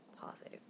positive